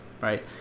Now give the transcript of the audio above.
right